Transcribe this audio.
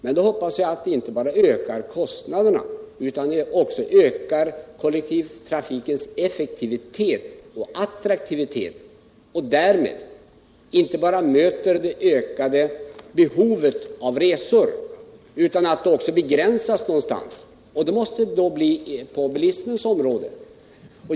Men jag hoppas att det inte bara ökar kostnaderna, utan att det också ökar kollektivtrafikens effektivitet och attraktivitet, så att vi därmed inte bara kan möta det ökade behovet av resor utan också begränsa behovet. Begränsningen måste då göras på bilismens område.